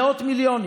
מאות מיליונים.